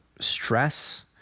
stress